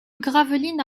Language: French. gravelines